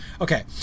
Okay